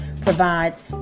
provides